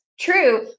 true